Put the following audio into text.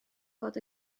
fod